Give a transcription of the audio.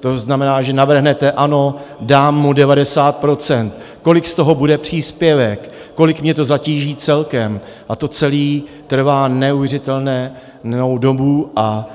To znamená, že navrhnete ano, dám mu 90 %, kolik z toho bude příspěvek, kolik mě to zatíží celkem, a to celé trvá neuvěřitelnou dobu a